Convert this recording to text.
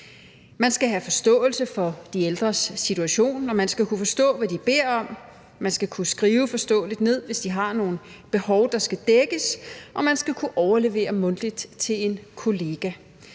Man skal have forståelse for de ældres situation, og man skal kunne forstå, hvad de beder om, man skal kunne skrive det forståeligt ned, hvis de har nogle behov, der skal dækkes, og man skal kunne overlevere mundtligt til en kollega.